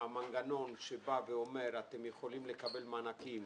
המנגנון שבא ואומר שאתם יכולים לקבל מענקים